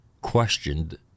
questioned